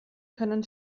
können